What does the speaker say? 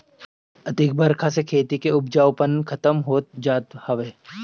अधिका बरखा से खेती के उपजाऊपना खतम होत जात हवे